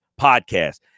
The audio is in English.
podcast